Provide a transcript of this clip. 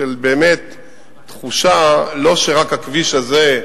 של תחושה לא שרק הכביש הזה,